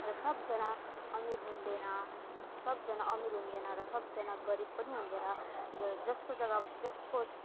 र सबजना अमिर हुँदैन सबजना अमिर हुँदैन र सबजना गरिब पनि हुँदैन जसको जगा जसको